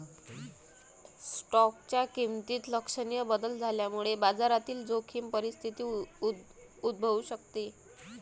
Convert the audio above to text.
स्टॉकच्या किमतीत लक्षणीय बदल झाल्यामुळे बाजारातील जोखीम परिस्थिती उद्भवू शकते